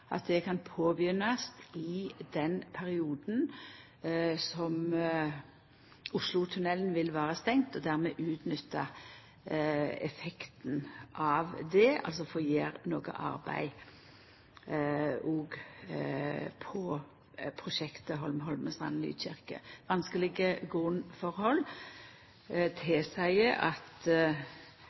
at det kan påbegynnast i den perioden som Oslotunnelen vil vera stengd, og at ein dermed kan utnytja effekten av det, altså få gjort noko arbeid òg på prosjektet Holm–Holmestrand–Nykirke. Vanskelege grunnforhold tilseier at